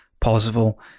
Possible